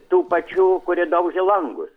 tų pačių kurie daužė langus